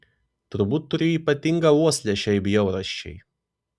turbūt turi ypatingą uoslę šiai bjaurasčiai